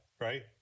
right